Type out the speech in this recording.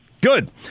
Good